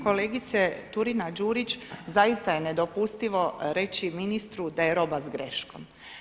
Kolegice Turina Đurić, zaista je nedopustivo reći ministru da je roba s greškom.